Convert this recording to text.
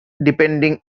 depending